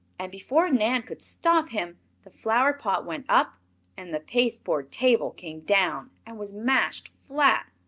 and before nan could stop him the flower-pot went up and the pasteboard table came down and was mashed flat.